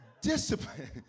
Discipline